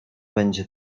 będzie